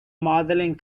modeling